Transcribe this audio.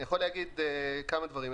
אני יכול להגיד כמה דברים.